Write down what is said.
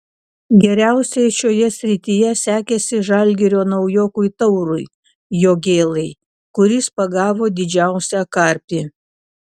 geriausiai šioje srityje sekėsi žalgirio naujokui taurui jogėlai kuris pagavo didžiausią karpį